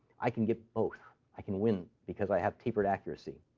i can get both. i can win because i have tapered accuracy.